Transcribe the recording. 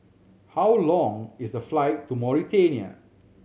how long is the flight to Mauritania